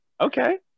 okay